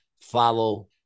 follow